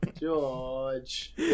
George